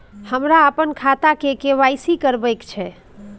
हमरा अपन खाता के के.वाई.सी करबैक छै